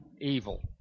Evil